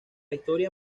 historia